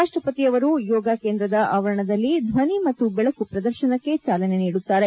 ರಾಷ್ಟಪತಿಯವರು ಯೋಗ ಕೇಂದ್ರದ ಆವರಣದಲ್ಲಿ ಧ್ವನಿ ಮತ್ತು ಬೆಳಕು ಪ್ರದರ್ಶನಕ್ಕೆ ಚಾಲನೆ ನೀಡುತ್ತಾರೆ